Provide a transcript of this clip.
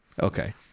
Okay